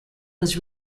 was